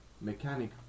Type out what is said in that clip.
mechanic